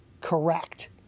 Correct